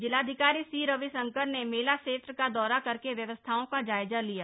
जिलाधिकारी सी रविशंकर ने मेला क्षेत्र का दौरा करके व्यवस्थाओं का जायजा लिया